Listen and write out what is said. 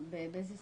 באיזה שפה?